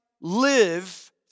live